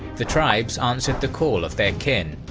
the tribes answered the call of their kin,